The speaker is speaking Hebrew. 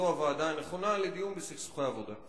זו הוועדה הנכונה לדיון בסכסוכי עבודה.